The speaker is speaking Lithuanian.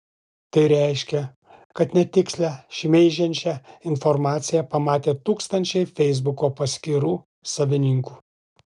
tai reiškia kad netikslią šmeižiančią informaciją pamatė tūkstančiai feisbuko paskyrų savininkų